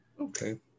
Okay